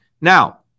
Now